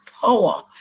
power